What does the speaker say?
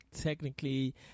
technically